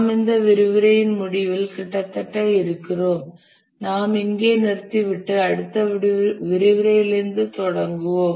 நாம் இந்த விரிவுரையின் முடிவில் கிட்டத்தட்ட இருக்கிறோம் நாம் இங்கே நிறுத்திவிட்டு அடுத்த விரிவுரையிலிருந்து தொடருவோம்